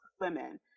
women